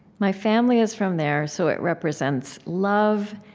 my family is from there, so it represents love,